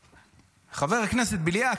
חבר הכנסת בליאק,